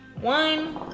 One